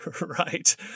Right